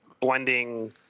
blending